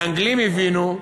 האנגלים הבינו,